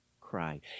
cry